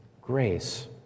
grace